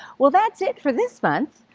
well that's it for this month.